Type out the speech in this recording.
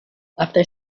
after